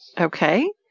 Okay